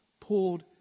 pulled